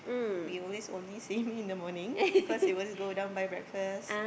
we always only see him in the morning because he always go down buy breakfast